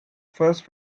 first